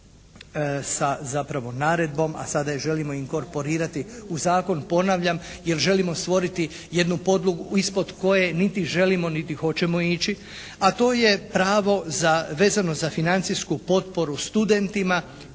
sa zapravo naredbom, a sada je želimo inkorporirati u zakon, ponavljam, jer želimo stvoriti jednu podlogu ispod koje niti želimo, niti hoćemo ići, a to je pravo vezano za financijsku potporu studentima